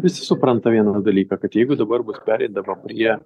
visi supranta vieną dalyką kad jeigu dabar bus pereinama prie